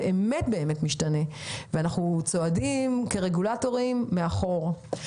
השוק הזה באמת משתנה ואנחנו כרגולטורים צועדים מאחור.